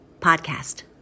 podcast